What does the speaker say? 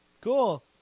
Cool